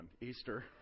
Easter